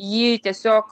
jį tiesiog